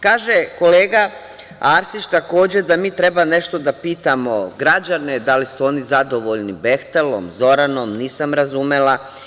Kaže kolega Arsić, takođe, da mi treba nešto da pitamo građane da li su zadovoljni „Behtelom“, Zoranom, nisam razumela.